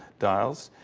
dials.